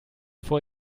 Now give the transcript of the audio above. vor